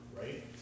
right